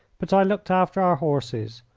but i looked after our horses,